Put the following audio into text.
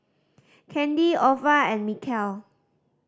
Kandy Ova and Mikel